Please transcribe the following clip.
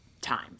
time